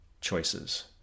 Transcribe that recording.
choices